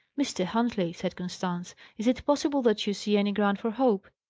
mr. huntley! said constance. is it possible that you see any ground for hope?